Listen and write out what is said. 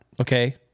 okay